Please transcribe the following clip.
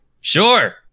Sure